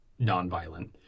nonviolent